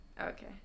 okay